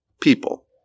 people